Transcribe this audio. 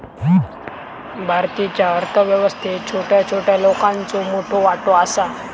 भारतीच्या अर्थ व्यवस्थेत छोट्या छोट्या लोकांचो मोठो वाटो आसा